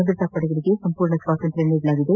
ಭದ್ರತಾಪಡೆಗಳಿಗೆ ಸಂಪೂರ್ಣ ಸ್ವಾತಂತ್ರ್ಯ ನೀಡಲಾಗಿದೆ